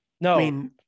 No